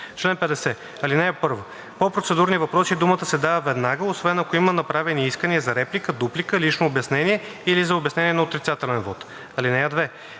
„Чл. 50. (1) По процедурни въпроси думата се дава веднага, освен ако има направени искания за реплика, дуплика, лично обяснение или за обяснение на отрицателен вот. (2)